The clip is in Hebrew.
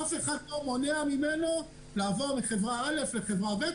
אף אחד לא מונע ממנו לעבור מחברה א' לחברה ב',